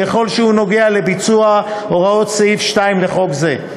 ככל שהוא נוגע לביצוע הוראות סעיף 2 לחוק זה,